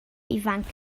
ifanc